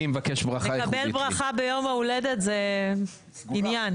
לקבל ברכה ביום ההולדת זה עניין.